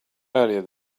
earlier